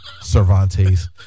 Cervantes